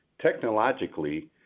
technologically